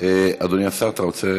אדוני השר, אתה רוצה